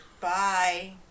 Bye